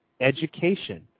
Education